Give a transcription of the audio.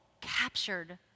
captured